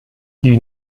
die